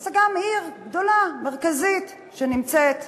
זאת עיר גדולה, מרכזית, שנמצאת בדרום,